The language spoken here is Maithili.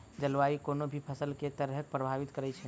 जलवायु कोनो भी फसल केँ के तरहे प्रभावित करै छै?